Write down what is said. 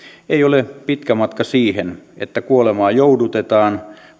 ei ole pitkä matka siihen että kuolemaa joudutetaan